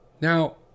Now